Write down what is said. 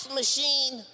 machine